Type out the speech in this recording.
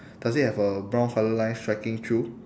does it have a brown colour line striking through